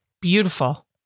Beautiful